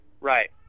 Right